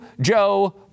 joe